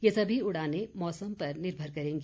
ये सभी उड़ानें मौसम पर निर्भर करेंगी